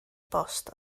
bost